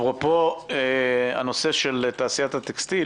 אפרופו הנושא של תעשיית הטקסטיל